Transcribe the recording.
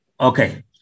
Okay